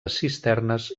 cisternes